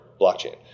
blockchain